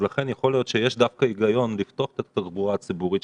לכן יכול להיות שיש דווקא היגיון לפתוח את התחבורה הציבורית,